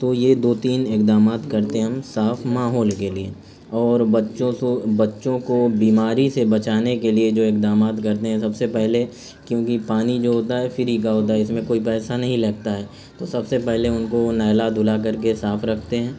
تو یہ دو تین اقدامات کرتے ہیں ہم صاف ماحول کے لیے اور بچوں سو بچوں کو بیماری سے بچانے کے لیے جو اقدامات کرتے ہیں سب سے پہلے کیونکہ پانی جو ہوتا ہے فری کا ہوتا ہے اس میں کوئی پیسہ نہیں لگتا ہے تو سب سے پہلے ان کو نہلا دھلا کر کے صاف رکھتے ہیں